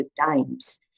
times